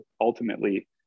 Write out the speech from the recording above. ultimately